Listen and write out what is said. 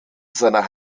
seiner